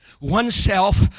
oneself